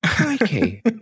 Okay